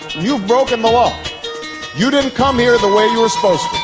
you've broken the law you didn't come here the way you were supposed